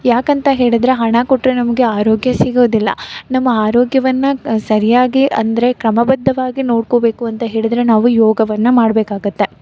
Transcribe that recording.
ಯಾಕಂತ ಹೇಳಿದರೆ ಹಣ ಕೊಟ್ಟರೆ ನಮಗೆ ಆರೋಗ್ಯ ಸಿಗೋದಿಲ್ಲ ನಮ್ಮ ಆರೋಗ್ಯವನ್ನು ಸರಿಯಾಗಿ ಅಂದರೆ ಕ್ರಮಬದ್ಧವಾಗಿ ನೋಡ್ಕೊಳ್ಬೇಕು ಅಂತ ಹೇಳಿದರೆ ನಾವು ಯೋಗವನ್ನು ಮಾಡ್ಬೇಕಾಗುತ್ತೆ